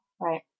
right